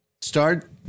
start